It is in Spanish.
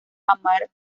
amar